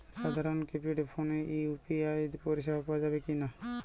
সাধারণ কিপেড ফোনে ইউ.পি.আই পরিসেবা পাওয়া যাবে কিনা?